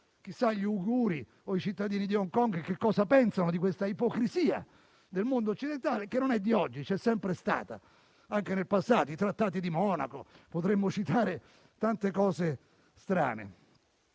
Chissà gli uiguri o i cittadini di Hong Kong cosa pensano dell'ipocrisia del mondo occidentale che non è di oggi, che c'è sempre stata, anche nel passato. Pensiamo ai trattati di Monaco, e potremmo citare tante cose strane.